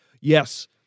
yes